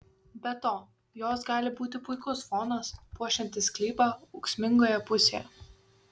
be to jos gali būti puikus fonas puošiantis sklypą ūksmingoje pusėje